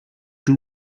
too